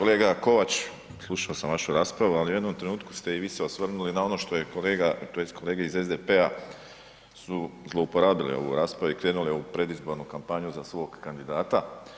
Kolega Kovač, slušao sam vašu raspravu, ali u jednom trenutku ste i vi se osvrnuli na ono što je kolega, tj. kolege iz SDP-a su zlouporabile u ovoj raspravi i krenule u predizbornu kampanju za svog kandidata.